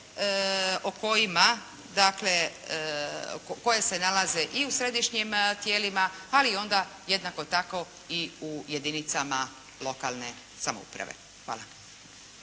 o kojima dakle, koje se nalaze i u središnjim tijelima ali onda jednako tako i u jedinicama lokalne samouprave. Hvala.